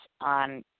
on